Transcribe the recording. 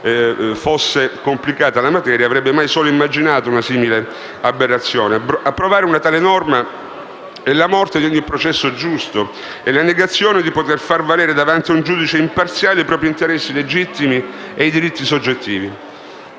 più complicata fosse la materia, avrebbe mai anche solo immaginato una simile aberrazione. Approvare una tale norma è la morte di ogni processo giusto; è la negazione della possibilità di far valere, davanti a un giudice imparziale, i propri interessi legittimi e i diritti soggettivi.